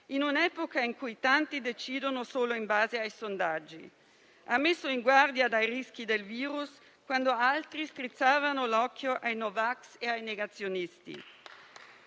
in un'epoca in cui tanti decidono solo in base ai sondaggi. Ha messo in guardia dai rischi del virus quando altri strizzavano l'occhio ai No vax e ai negazionisti.